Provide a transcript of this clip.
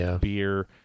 beer